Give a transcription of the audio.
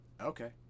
Okay